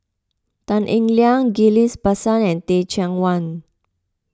Tan Eng Liang Ghillie Basan and Teh Cheang Wan